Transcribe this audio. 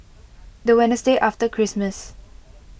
the Wednesday after Christmas